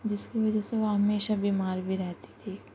جس کی وجہ سے وہ ہمیشہ بیمار بھی رہتی تھی